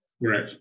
right